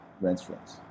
restaurants